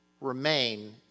remain